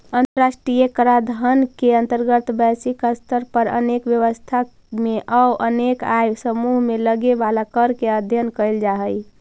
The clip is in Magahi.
अंतर्राष्ट्रीय कराधान के अंतर्गत वैश्विक स्तर पर अनेक व्यवस्था में अउ अनेक आय समूह में लगे वाला कर के अध्ययन कैल जा हई